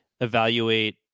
evaluate